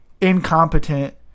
incompetent